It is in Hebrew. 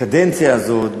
בקדנציה הזאת,